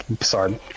Sorry